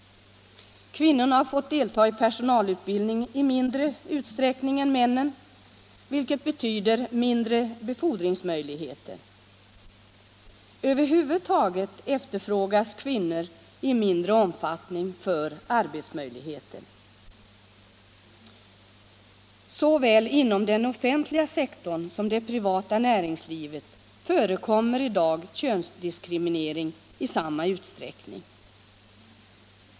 Kvinnorna har fått delta i personalutbildning i mindre utsträck ning än männen, vilket betyder mindre befordringsmöjligheter. Över huvud taget efterfrågas kvinnor i mindre omfattning för arbetsuppgifter. Könsdiskriminering förekommer i samma utsträckning inom den offentliga sektorn som inom det privata näringslivet.